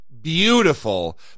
beautiful